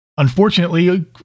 Unfortunately